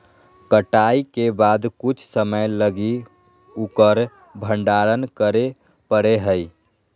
कटाई के बाद कुछ समय लगी उकर भंडारण करे परैय हइ